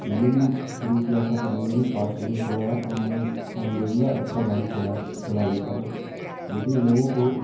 میں نے بھی شروع کیا تھا تو میں نے بھی فاسٹ نہیں چلایا اور میں الحمد للہ اچھا گاڑی چلا چلا لیتا ہوں لیکن لوگوں کو